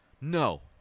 No